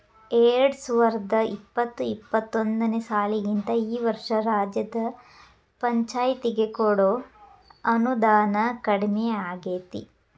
ಎರ್ಡ್ಸಾವರ್ದಾ ಇಪ್ಪತ್ತು ಇಪ್ಪತ್ತೊಂದನೇ ಸಾಲಿಗಿಂತಾ ಈ ವರ್ಷ ರಾಜ್ಯದ್ ಪಂಛಾಯ್ತಿಗೆ ಕೊಡೊ ಅನುದಾನಾ ಕಡ್ಮಿಯಾಗೆತಿ